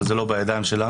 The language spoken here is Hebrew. אבל זה לא בידיים שלנו,